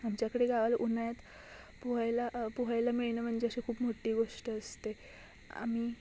आमच्याकडे गावाला उन्हाळ्यात पोहायला पोहायला मिळणं म्हणजे अशी खूप मोठी गोष्ट असते आम्ही